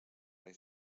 rei